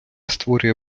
створює